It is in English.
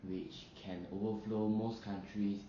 which can overflow most countries